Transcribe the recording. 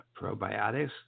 probiotics